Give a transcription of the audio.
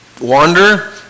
wander